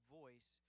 voice